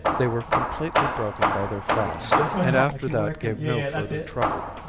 they were completely broken by their fast and after that gave no further trouble.